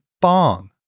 bong